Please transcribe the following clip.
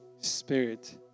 Spirit